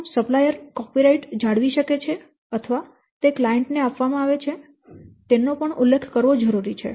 શું supplier copyright જાળવી રાખે છે અથવા તે ગ્રાહક ને આપવામાં આવે છે તેનો સ્પષ્ટ ઉલ્લેખ કરવો જરૂરી છે